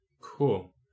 Cool